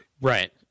Right